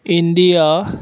India